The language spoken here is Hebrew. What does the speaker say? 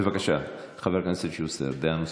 בבקשה, חבר הכנסת שוסטר, דעה נוספת.